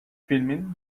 filmin